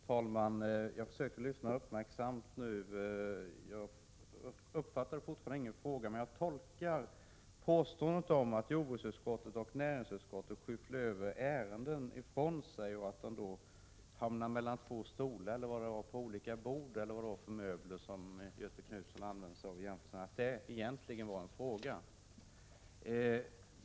Herr talman! Jag försökte lyssna uppmärksamt, men jag uppfattade fortfarande ingen fråga. Jag tolkar dock påståendet om att jordbruksutskottet och näringsutskottet skyfflat från sig ärenden, som då hamnat mellan två stolar eller på olika bord eller vad det nu var för möbler Göthe Knutson nämnde, egentligen som en fråga.